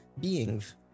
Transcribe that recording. beings